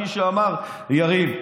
כפי שאמר יריב,